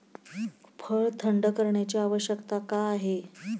फळ थंड करण्याची आवश्यकता का आहे?